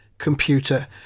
computer